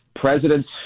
presidents